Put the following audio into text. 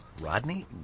Rodney